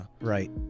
Right